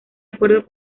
acuerdo